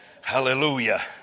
Hallelujah